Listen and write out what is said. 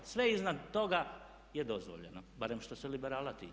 Sve iznad toga je dozvoljeno, barem što se liberala tiče.